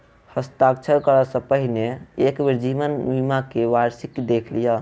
हस्ताक्षर करअ सॅ पहिने एक बेर जीवन बीमा के वार्षिकी देख लिअ